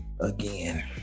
Again